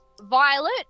violet